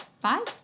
Bye